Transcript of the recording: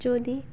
যদি